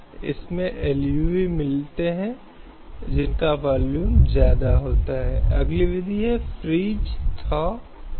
यह मौलिक अधिकारों के मूल में है क्योंकि यह जीवन की बात करता है और यह कहता है कि कोई भी व्यक्ति कानून द्वारा स्थापित प्रक्रिया के अलावा अपने जीवन या व्यक्तिगत स्वतंत्रता से वंचित नहीं होगा